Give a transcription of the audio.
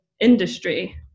industry